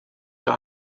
der